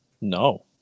No